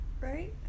Right